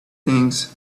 things